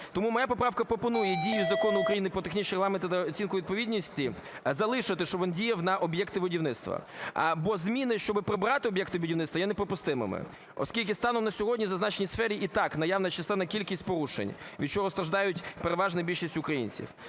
Тому моя поправка пропонує дію Закону України "Про технічні регламенти та оцінку відповідності" залишити, щоб він діяв на об'єкти будівництва, бо зміни, щоб прибрати об'єкти будівництва, є неприпустимими, оскільки станом на сьогодні у зазначеній сфері і так наявна численна кількість порушень, від чого страждають переважна більшість українців.